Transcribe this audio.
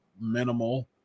minimal